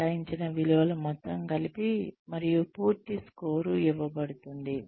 కేటాయించిన విలువలు మొత్తం కలిపి మరియు పూర్తి స్కోరు ఇవ్వబడుతుంది